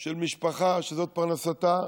של משפחה שזו פרנסתה.